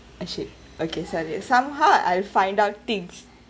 uh shit okay sorry somehow I find out things